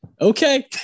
Okay